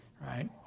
right